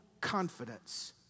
confidence